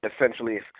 essentially